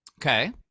Okay